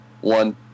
one